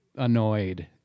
Annoyed